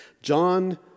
John